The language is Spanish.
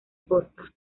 posta